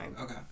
Okay